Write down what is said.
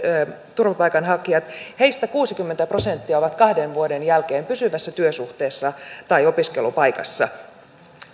turvapaikanhakijoista kuusikymmentä prosenttia on kahden vuoden jälkeen pysyvässä työsuhteessa tai opiskelupaikassa